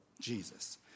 Jesus